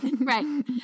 right